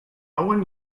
one